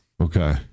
Okay